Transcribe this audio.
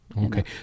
Okay